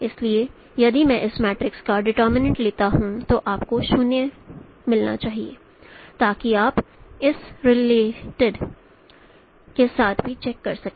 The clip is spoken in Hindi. इसलिए यदि मैं इस मैट्रिक्स का डीटर्मिनंट लेता हूं तो आपको 0 मिलना चाहिए ताकि आप इस रिजल्ट के साथ भी चेक कर सकें